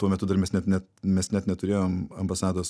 tuo metu dar mes net net mes net neturėjom ambasados